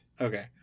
Okay